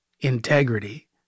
integrity